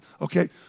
Okay